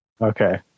Okay